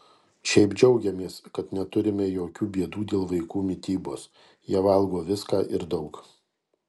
šiaip džiaugiamės kad neturime jokių bėdų dėl vaikų mitybos jie valgo viską ir daug